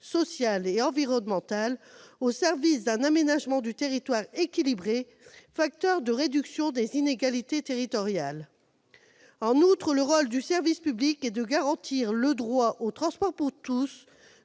sociale et environnementale, au service d'un aménagement du territoire équilibré, facteur de réduction des inégalités territoriales. En outre, le rôle du service public est de garantir le droit aux transports pour tous,